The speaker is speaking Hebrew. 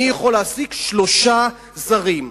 אני יכול להעסיק שלושה זרים.